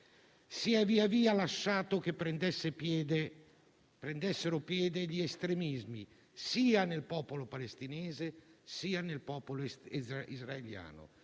si è via via lasciato che prendessero piede gli estremismi, sia nel popolo palestinese, sia nel popolo israeliano,